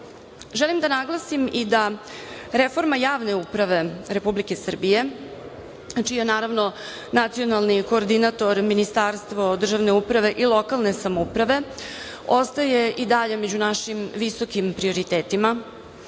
da naglasim i da reforma javne uprave Republike Srbije, čija naravno, nacionalni koordinator Ministarstvo državne uprave i lokalne samouprave, ostaje i dalje među našim visokim prioritetima,